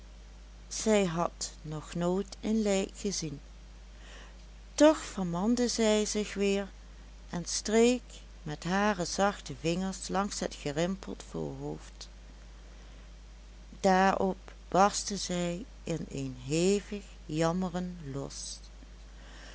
ze had nog nooit een lijk gezien toch vermande zij zich weer en streek met hare zachte vingers langs het gerimpeld voorhoofd daarop barstte zij in een hevig jammeren los